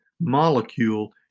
molecule